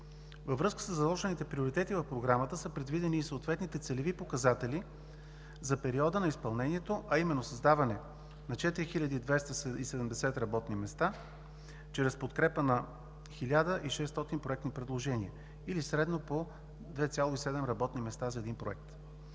Във връзка със заложените приоритети в Програмата са предвидените и съответните целеви показатели за периода на изпълнението, а именно създаване на 4270 работни места чрез подкрепа на 1600 проекти предложения, или средно по 2,7 работни места за един проект.